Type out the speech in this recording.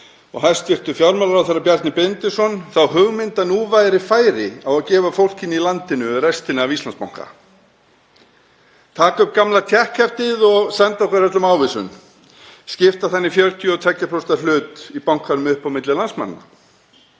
og hæstv. fjármálaráðherra, Bjarni Benediktsson, þá hugmynd að nú væri færi á að gefa fólkinu í landinu restina af Íslandsbanka, taka upp gamla tékkheftið og senda okkur öllum ávísun, skipta þannig 42% hlut í bankanum upp á milli landsmanna.